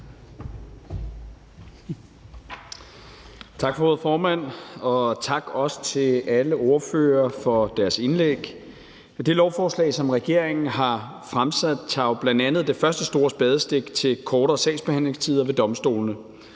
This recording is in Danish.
Tak for ordet, formand, og også tak til alle ordførere for deres indlæg. Med det lovforslag, som regeringen har fremsat, tages der jo bl.a. det første store spadestik til kortere sagsbehandlingstider ved domstolene.